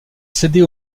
céder